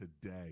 today